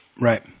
Right